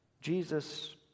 Jesus